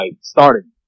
starting